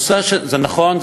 זה נכון,